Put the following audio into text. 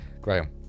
Graham